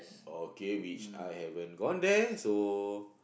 okay which I haven't gone there so